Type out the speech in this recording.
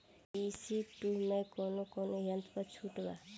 ई.सी टू मै कौने कौने यंत्र पर छुट बा?